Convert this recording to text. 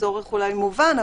והצורך אולי מובן,